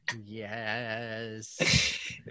Yes